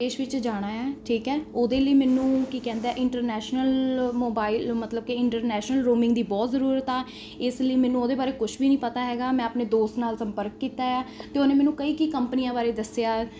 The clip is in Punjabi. ਇਸ ਵਿੱਚ ਜਾਣਾ ਹੈ ਠੀਕ ਹੈ ਉਹਦੇ ਲਈ ਮੈਨੂੰ ਕੀ ਕਹਿੰਦੇ ਇੰਟਰਨੈਸ਼ਨਲ ਮੋਬਾਇਲ ਮਤਲਬ ਕਿ ਇੰਟਰਨੈਸ਼ਨਲ ਰੋਮਿੰਗ ਦੀ ਬਹੁਤ ਜ਼ਰੂਰਤ ਆ ਇਸ ਲਈ ਮੈਨੂੰ ਉਹਦੇ ਬਾਰੇ ਕੁਝ ਵੀ ਨਹੀਂ ਪਤਾ ਹੈਗਾ ਮੈਂ ਆਪਣੇ ਦੋਸਤ ਨਾਲ ਸੰਪਰਕ ਕੀਤਾ ਆ ਅਤੇ ਉਹਨੇ ਮੈਨੂੰ ਕਈ ਕੀ ਕੰਪਨੀਆਂ ਬਾਰੇ ਦੱਸਿਆ